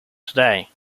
today